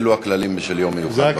אלו הכללים של יום מיוחד בכנסת.